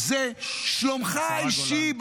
-- זה שלומך האישי -- מאי גולן.